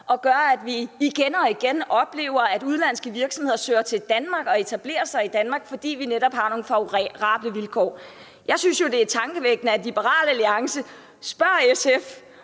det gør, at vi igen og igen oplever, at udenlandske virksomheder søger til Danmark og etablerer sig i Danmark, fordi vi netop har nogle favorable vilkår. Jeg synes jo, det er tankevækkende, at Liberal Alliance spørger SF